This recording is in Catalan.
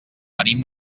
venim